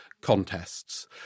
contests